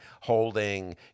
holding